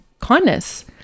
kindness